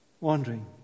wandering